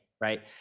right